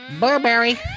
Burberry